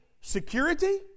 security